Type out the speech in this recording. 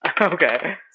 Okay